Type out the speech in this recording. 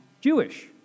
Jewish